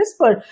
CRISPR